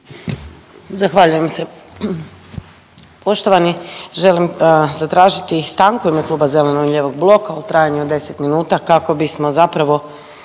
Zahvaljujem se. Poštovani, želim zatražiti stanku u ime Kluba zeleno-lijevog bloka u trajanju od 10 minuta kako bismo zapravo